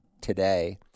today